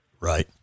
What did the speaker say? Right